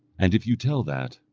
and if you tell that,